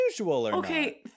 Okay